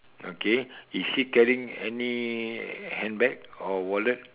okay is she carrying any handbag or wallet